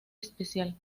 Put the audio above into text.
especial